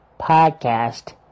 podcast